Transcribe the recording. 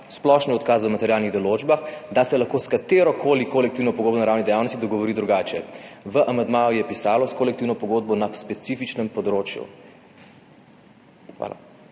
splošni odkaz o materialnih določbah, da se lahko s katero koli kolektivno pogodbo na ravni dejavnosti dogovori drugače. V amandmaju je pisalo s kolektivno pogodbo na specifičnem področju. Hvala.